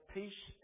peace